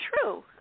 true